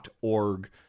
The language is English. org